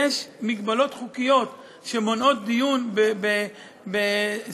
יש מגבלות חוקיות שמונעות דיון בסיוע